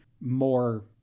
more